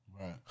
Right